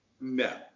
No